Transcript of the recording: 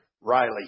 Riley